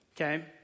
Okay